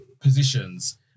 positions